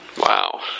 Wow